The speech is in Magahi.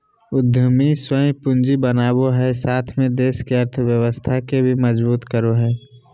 उद्यमी स्वयं पूंजी बनावो हइ साथ में देश के अर्थव्यवस्था के भी मजबूत करो हइ